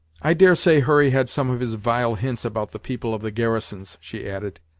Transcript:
i dare say hurry had some of his vile hints about the people of the garrisons, she added.